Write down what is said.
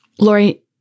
Lori